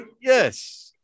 Yes